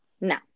now